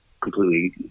completely